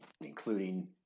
including